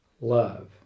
love